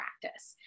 practice